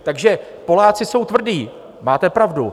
Takže Poláci jsou tvrdí, máte pravdu.